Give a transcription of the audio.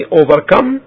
overcome